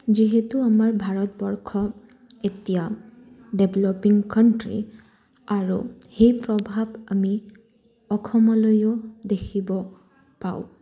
যিহেতু আমাৰ ভাৰতবৰ্ষ এতিয়া ডেভলপিং কাণ্ট্ৰী আৰু সেই প্ৰভাৱ আমি অসমলৈও দেখিবলৈ পাওঁ